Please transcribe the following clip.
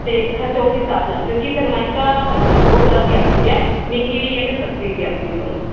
ਅਤੇ ਖਰਚਾ ਉਸ ਹਿਸਾਬ ਨਾਲ ਕਿਉਂਕਿ ਸਰਮਾਇਕਾ ਭਾਈ ਸਾਹਿਬ ਬਹੁਤ ਤਰ੍ਹਾਂ ਦੀ ਆਉਂਦੀ ਹੈ ਮਹਿੰਗੀ ਵੀ ਹੈ ਅਤੇ ਸਸਤੀ ਵੀ ਆਪਣੇ ਕੋਲੋਂ